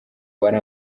wari